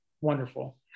Wonderful